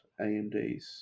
AMDs